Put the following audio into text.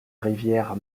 rivière